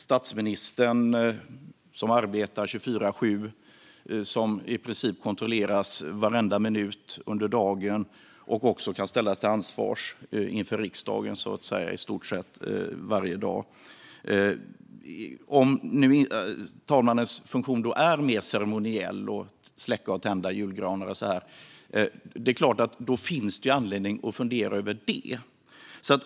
Statsministern arbetar 24:7, kontrolleras i princip varenda minut under dagen och kan också ställas till ansvar inför riksdagen i stort sett varje dag. Om talmannens funktion är mer ceremoniell, att släcka och tända julgranar och liknande, finns det anledning att fundera över det.